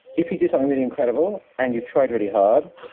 if you do something really incredible and you tried really hard,